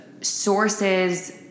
sources